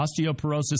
osteoporosis